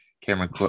Cameron